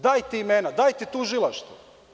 Dajte imena, dajte tužilaštvu.